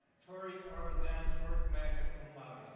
tory our lands work magna cum laude